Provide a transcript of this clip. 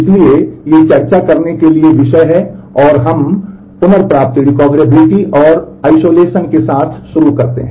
इसलिए ये चर्चा करने के लिए विषय हैं और हम पुनर्प्राप्ति के साथ शुरू करते हैं